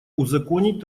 узаконить